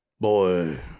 boy